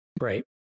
Right